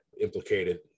implicated